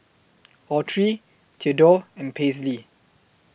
Autry Theadore and Paisley